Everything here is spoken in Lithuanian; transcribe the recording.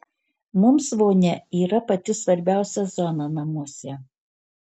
mums vonia yra pati svarbiausia zona namuose